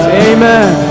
amen